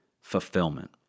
fulfillment